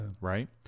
Right